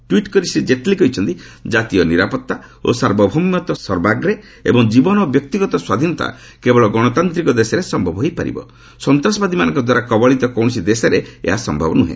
tweet କରି ଶ୍ରୀ ଜେଟ୍ଲୀ କହିଛନ୍ତି ଜାତୀୟ ନିରାପତ୍ତା ଓ ସାର୍ବଭୌମତ୍ୱ ସର୍ବାଗ୍ରେ ଏବଂ ଜୀବନ ଓ ବ୍ୟକ୍ତିଗତ ସ୍ୱାଧୀନତା କେବଳ ଗଣତାନ୍ତ୍ରିକ ଦେଶରେ ସମ୍ଭବ ହୋଇପାରିବ ସନ୍ତାସବାଦୀମାନଙ୍କ ଦ୍ୱାରା କବଳିତ କକୌଣସି ଦେଶରେ ଏହା ସମ୍ଭବ ନୁର୍ହେ